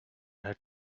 had